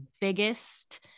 biggest